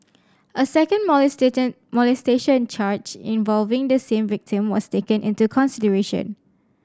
a second molestation charge involving the same victim was taken into consideration